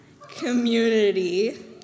community